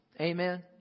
Amen